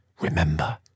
Remember